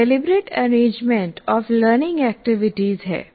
यह deliberate arrangement of learning activities है